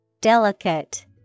Delicate